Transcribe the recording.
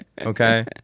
okay